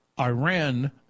Iran